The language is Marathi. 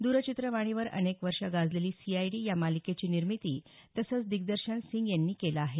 द्रचित्रवाणीवर अनेक वर्षे गाजलेली सीआयडी या मालिकेची निर्मिती तसंच दिग्दर्शन सिंग यांनी केलं आहे